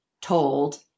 told